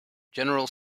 general